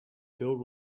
filled